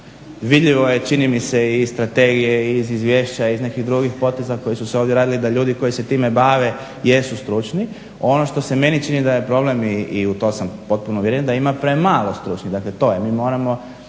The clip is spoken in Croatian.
Vidljivo je čini mi se i iz strategije i iz izvješća i iz nekih drugih poteza koji su se ovdje radili da ljudi koji se time bave jesu stručni. Ono što se meni čini da je problem i u to sam potpuno uvjeren da ima premalo stručnih. Dakle to je. Mi moramo